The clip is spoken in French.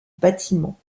bâtiment